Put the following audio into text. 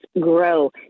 grow